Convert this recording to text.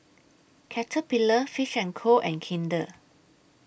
Caterpillar Fish and Co and Kinder